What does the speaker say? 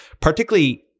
particularly